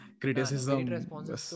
Criticism